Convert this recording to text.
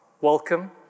welcome